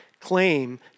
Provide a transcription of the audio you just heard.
claim